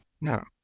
No